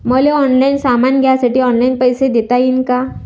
मले ऑनलाईन सामान घ्यासाठी ऑनलाईन पैसे देता येईन का?